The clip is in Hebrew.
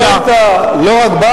אם היית, לא רק בא